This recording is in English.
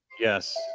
Yes